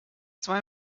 zwei